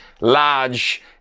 large